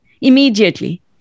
immediately